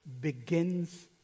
begins